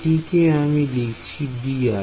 এটিকে আমি লিখছি dr